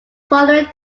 following